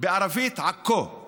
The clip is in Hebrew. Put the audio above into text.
בערבית "עכו";